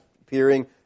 appearing